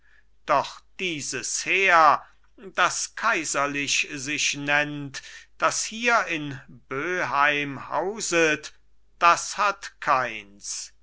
doch dieses heer das kaiserlich sich nennt das hier in böheim hauset das hat keins